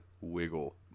Wiggle